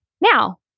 Now